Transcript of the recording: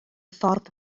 ffordd